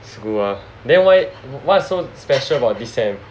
school ah then why what's so special about this sem